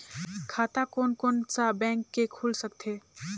खाता कोन कोन सा बैंक के खुल सकथे?